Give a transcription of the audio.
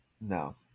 No